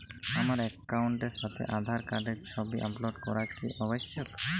আমার অ্যাকাউন্টের সাথে আধার কার্ডের ছবি আপলোড করা কি আবশ্যিক?